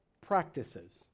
practices